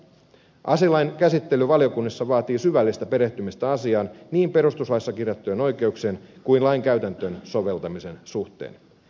aselain käsittely valiokunnissa vaatii syvällistä perehtymistä asiaan niin perustuslaissa kirjattujen oikeuksien kuin lain käytäntöön soveltamisen suhteen